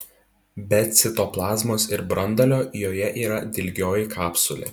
be citoplazmos ir branduolio joje yra dilgioji kapsulė